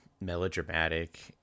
melodramatic